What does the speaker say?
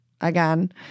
again